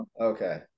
Okay